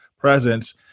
presence